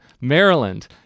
Maryland